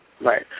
Right